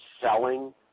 selling